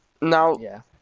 Now